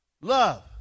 love